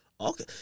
Okay